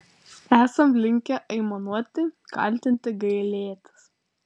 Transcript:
esam linkę aimanuoti kaltinti gailėtis